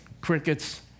Crickets